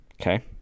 Okay